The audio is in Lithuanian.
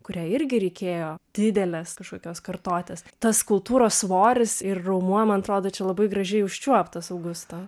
kurią irgi reikėjo didelės kažkokios kartotės tas kultūros svoris ir raumuo man atrodo čia labai gražiai užčiuoptas augusto